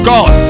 God